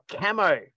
camo